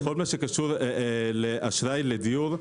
בכל מה שקשור לאשראי לדיור,